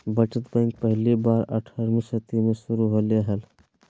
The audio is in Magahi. बचत बैंक पहली बार अट्ठारहवीं सदी में शुरू होले हल